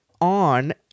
on